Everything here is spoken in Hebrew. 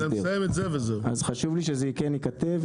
אז חשוב לי שזה כן ייכתב,